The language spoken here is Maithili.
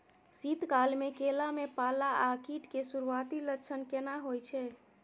शीत काल में केला में पाला आ कीट के सुरूआती लक्षण केना हौय छै?